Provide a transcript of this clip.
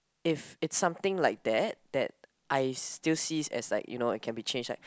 if it's something like that that I still see as like you know it can be changed like